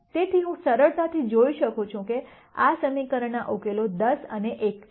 તેથી હું સરળતાથી જોઈ શકું છું કે આ સમીકરણના ઉકેલો 10 અને 1 છે